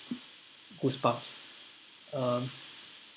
goosebumps uh